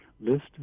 list